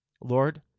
lord